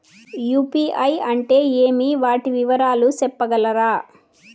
UPI అంటే ఏమి? వాటి వివరాలు సెప్పగలరా?